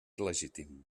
legítim